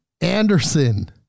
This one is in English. Anderson